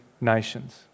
nations